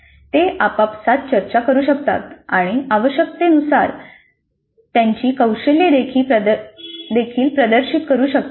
ते आपापसात चर्चा करू शकतात आणि आवश्यकतेनुसार त्यांची कौशल्येदेखील प्रदर्शित करू शकतात